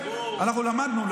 אנחנו למדנו,